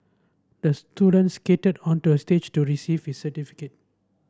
the student skated onto a stage to receive his certificate